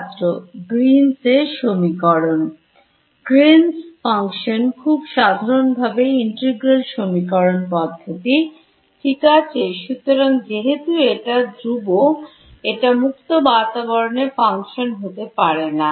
ছাত্র গ্রিন এর সমীকরণ Green's Function খুব সাধারণভাবে Integral সমীকরণ পদ্ধতি ঠিক আছে সুতরাং যেহেতু এটা ধ্রুব এটা মুক্ত বাতাবরণে Function হতে পারে না